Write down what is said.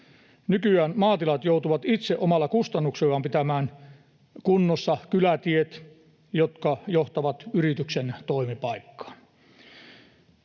Nykyään maatilat joutuvat itse omalla kustannuksellaan pitämään kunnossa kylätiet, jotka johtavat yrityksen toimipaikkaan.